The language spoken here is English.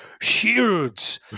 shields